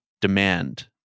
demand